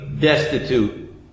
destitute